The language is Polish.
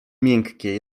miękkie